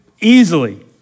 easily